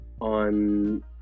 on